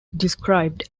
described